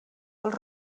dels